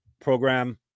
program